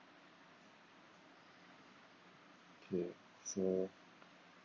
kay so